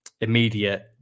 immediate